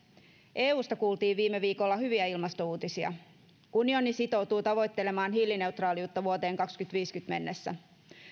eusta kuultiin viime viikolla hyviä ilmastouutisia unioni sitoutuu tavoittelemaan hiilineutraaliutta vuoteen kaksituhattaviisikymmentä mennessä